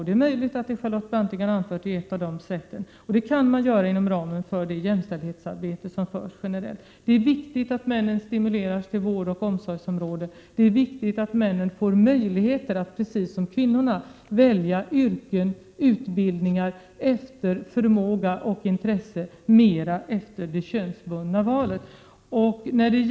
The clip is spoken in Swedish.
Det är möjligt att det sätt som Charlotte Branting har anfört är ett av dessa sätt inom ramen för det generella jämställdhetsarbetet. Det är viktigt att männen stimuleras att söka sig till yrken inom vård och omsorg. Det är vidare viktigt att det ges möjligheter för män, liksom för kvinnor, att välja yrken och utbildningar efter förmåga och intresse mera än efter det könsbundna mönstret.